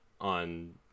on